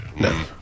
No